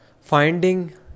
finding